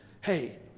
hey